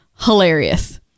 hilarious